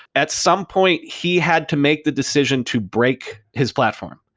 at some point, he had to make the decision to break his platform,